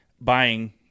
buying